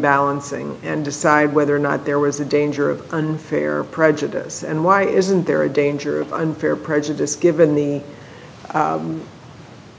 balancing and decide whether or not there was a danger of unfair prejudice and why isn't there a danger of unfair prejudice given the